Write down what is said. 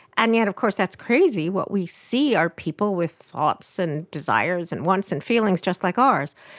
and yet of course that's crazy. what we see are people with thoughts and desires and wants and feelings just like ours,